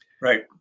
Right